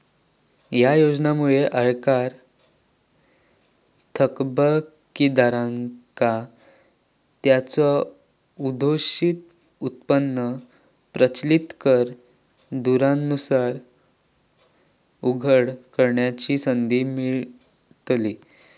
या योजनेमुळे आयकर थकबाकीदारांका त्यांचो अघोषित उत्पन्न प्रचलित कर दरांनुसार उघड करण्याची संधी मिळतली